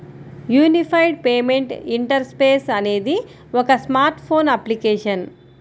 unified payment interface అనేది ఒక smart phone application